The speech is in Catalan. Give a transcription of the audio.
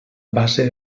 base